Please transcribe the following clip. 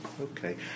Okay